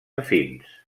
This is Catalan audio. afins